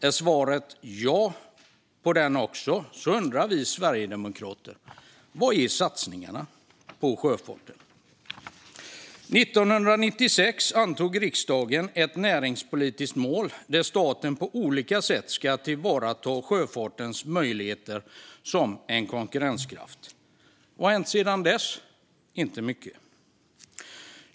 Är svaret ja på den också undrar vi sverigedemokrater: Var är satsningarna på sjöfarten? År 1996 antog riksdagen ett näringspolitiskt mål. Staten skulle på olika sätt tillvarata sjöfartens möjligheter till konkurrenskraft. Vad har hänt sedan dess? Inte mycket.